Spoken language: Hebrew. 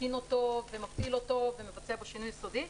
מתקין אותו ומפעיל אותו ומבצע בו שינוי יסודי,